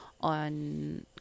on